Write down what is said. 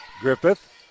Griffith